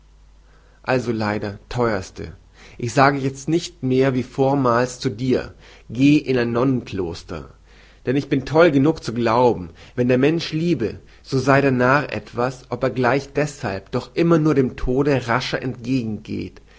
also leider theuerste ich sage jetzt nicht mehr wie vormals zu dir geh in ein nonnenkloster denn ich bin toll genug zu glauben wenn der mensch liebe so sei der narr etwas ob er gleich deshalb doch immer nur dem tode rascher